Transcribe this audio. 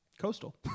coastal